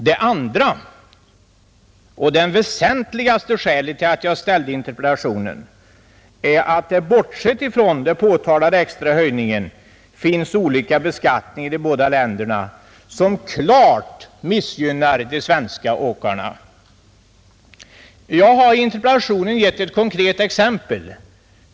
Det andra — och det väsentligaste — skälet till att jag framställde interpellationen är att bortsett från den påtalade extra höjningen finns olikheter i beskattningen i de båda länderna som starkt missgynnar de svenska åkarna. Jag har i interpellationen givit ett konkret exempel.